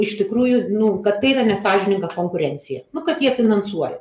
iš tikrųjų nu kad tai yra nesąžininga konkurencija nu kad jie finansuoja